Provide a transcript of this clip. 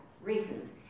reasons